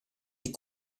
des